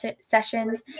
sessions